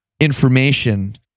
information